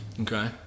Okay